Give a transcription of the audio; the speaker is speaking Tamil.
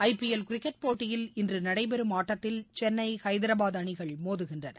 ஐ பிஎல் கிரிக்கெட் போட்டியில் இன்றுநடைபெறும் ஆட்டத்தில் சென்னை ஹைதராபாத் அணிகள் மோதுகின்றன